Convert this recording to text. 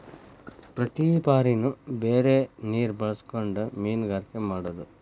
ಪ್ರತಿ ಬಾರಿನು ಬೇರೆ ನೇರ ಬಳಸಕೊಂಡ ಮೇನುಗಾರಿಕೆ ಮಾಡುದು